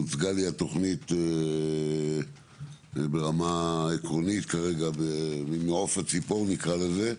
הוצגה לי התוכנית ברמה עקרונית כרגע ממעוף הציפור נקרא לזה,